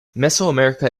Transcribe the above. mesoamerica